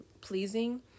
pleasing